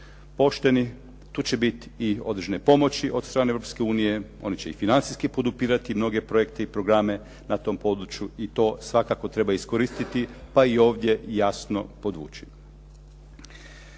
pošteni. Tu će biti i određene pomoći od strane Europske unije. Oni će i financijski podupirati mnoge projekte i programe na tom području i to svakako treba iskoristiti, pa i ovdje jasno podvući.